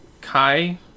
Kai